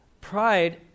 Pride